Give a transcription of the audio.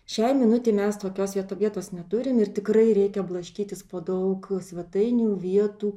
šiai minutei mes tokios viet vietos neturim ir tikrai reikia blaškytis po daug svetainių vietų